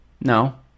No